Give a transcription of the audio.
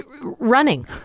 running